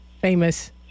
famous